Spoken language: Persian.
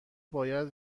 باید